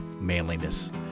manliness